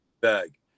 bag